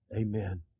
Amen